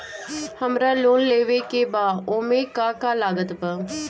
हमरा लोन लेवे के बा ओमे का का लागत बा?